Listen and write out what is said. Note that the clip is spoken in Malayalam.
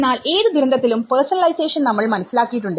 എന്നാൽ ഏത് ദുരന്തത്തിലുംപേർസണലൈസേഷൻ നമ്മൾ മനസ്സിലാക്കിയിട്ടുണ്ട്